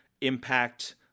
Impact